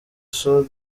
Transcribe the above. sol